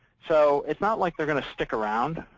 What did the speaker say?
so it's not like they're going to stick around,